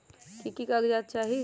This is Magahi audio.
की की कागज़ात चाही?